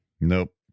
Nope